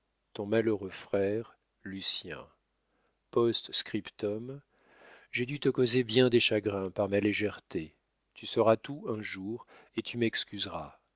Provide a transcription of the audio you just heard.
ton malheureux frère lucien p s j'ai dû te causer bien des chagrins par ma légèreté tu sauras tout un jour et tu m'excuseras